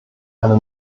eine